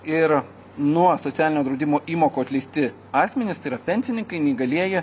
ir nuo socialinio draudimo įmokų atleisti asmenys tai yra pensininkai neįgalieji